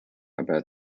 about